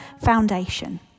foundation